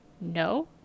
no